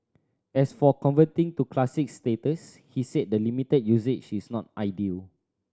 as for converting to classic status he said the limited usage is not ideal